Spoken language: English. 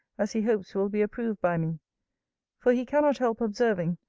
as he hopes will be approved by me for he cannot help observing,